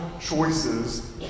choices